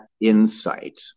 insight